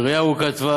1. בראייה ארוכת טווח,